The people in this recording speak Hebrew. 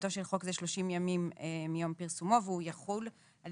תחילתו של חוק זה 30 יום מיום פרסומו והוא יחול על